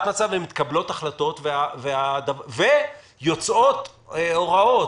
מצב ומתקבלות החלטות ויוצאות הוראות,